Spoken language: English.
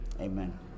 Amen